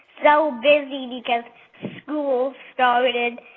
so busy because school started,